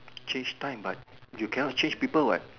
change time but you cannot change people what